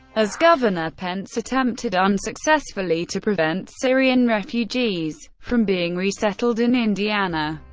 as governor, pence attempted unsuccessfully to prevent syrian refugees from being resettled in indiana.